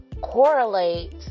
correlate